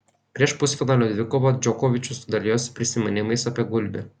prieš pusfinalio dvikovą džokovičius dalijosi prisiminimais apie gulbį